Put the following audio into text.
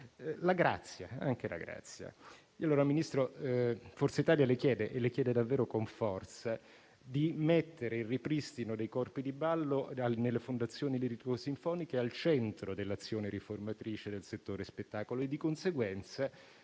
la grazia. Pertanto, signor Ministro, Forza Italia le chiede davvero con forza di mettere il ripristino dei corpi di ballo nelle fondazioni lirico-sinfoniche al centro dell'azione riformatrice nel settore dello spettacolo e di conseguenza